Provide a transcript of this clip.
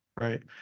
right